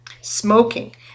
Smoking